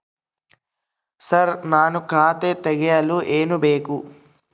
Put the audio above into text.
Sir ನಾನು ಖಾತೆ ತೆರೆಯಲು ಏನು ಬೇಕು?